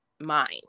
mind